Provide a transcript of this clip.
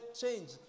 change